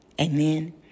Amen